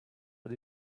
but